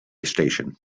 station